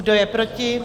Kdo je proti?